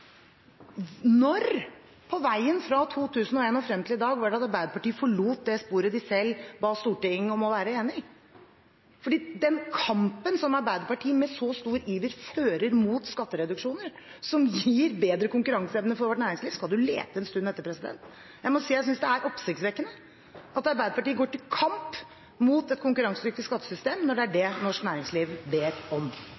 veien fra 2001 og frem til i dag var det Arbeiderpartiet forlot det sporet de selv ba Stortinget om å være enig i? For en kamp som den Arbeiderpartiet med så stor iver fører mot skattereduksjoner, som gir bedre konkurranseevne for vårt næringsliv, skal man lete en stund etter. Jeg må si jeg synes det er oppsiktsvekkende at Arbeiderpartiet går til kamp mot et konkurransedyktig skattesystem når det er det